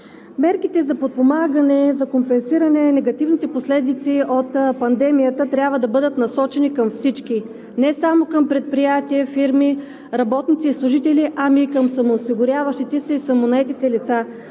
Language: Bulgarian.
Мерките за подпомагане, за компенсиране негативните последици от пандемията трябва да бъдат насочени към всички. Не само към предприятия, фирми, работници и служители, а и към самоосигуряващите се и самонаетите лица.